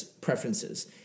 preferences